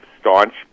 staunch